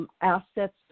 assets